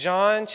John